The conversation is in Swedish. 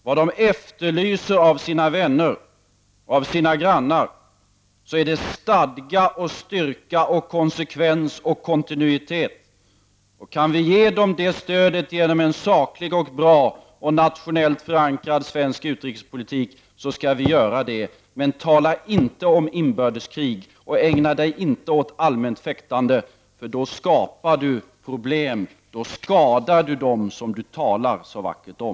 Vad de efterlyser från sina vänner och grannar är stadga, styrka, konsekvens och kontinuitet, och kan vi ge dem det stödet genom en saklig, bra och nationellt förankrad svensk utrikespolitik, skall vi göra det, men tala inte om inbördeskrig och förfall inte till allmänt fäktande! Då skapar Per Gahrton problem och skadar dem som han talar så vackert om.